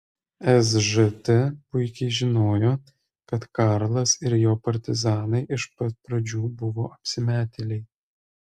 sžt puikiai žinojo kad karlas ir jo partizanai iš pat pradžių buvo apsimetėliai